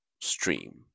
Stream